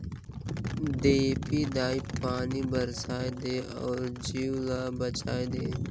देपी दाई पानी बरसाए दे अउ जीव ल बचाए दे